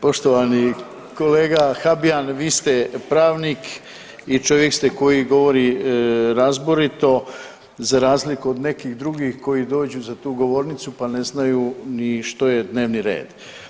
Poštovani kolega Habijan vi ste pravnik i čovjek ste koji govori razborito za razliku od nekih drugih koji dođu za tu govornicu pa ne znaju ni što je dnevni red.